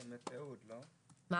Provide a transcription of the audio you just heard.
אני